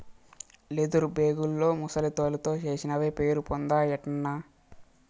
leather బేగుల్లో ముసలి తోలుతో చేసినవే పేరుపొందాయటన్నా